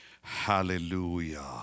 Hallelujah